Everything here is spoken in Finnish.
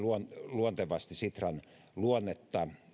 luontevasti sitran luonnetta